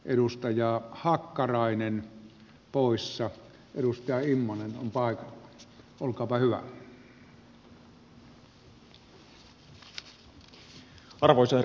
edustaja hakkarainen poissa edustaja ilman arvoisa herra puhemies